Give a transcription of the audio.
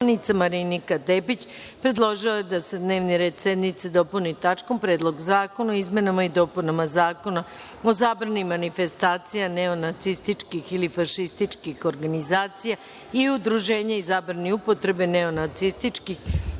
Marinika Tepić predložila je da se dnevni red sednice dopuni tačkom – Predlog zakona o izmenama i dopunama Zakona o zabrani manifestacija neonacističkih ili fašističkih organizacija i udruženja i zabrani upotrebe neonacističkih